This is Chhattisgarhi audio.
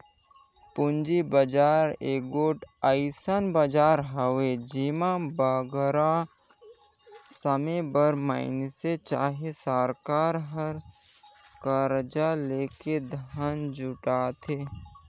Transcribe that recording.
पूंजी बजार एगोट अइसन बजार हवे जेम्हां बगरा समे बर मइनसे चहे सरकार हर करजा लेके धन जुटाथे